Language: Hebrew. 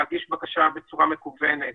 להגיש בקשה בצורה מקוונת